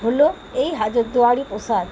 হল এই হাজারদুয়ারি প্রাসাদ